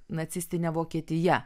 nacistinė vokietija